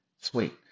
Sweet